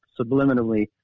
subliminally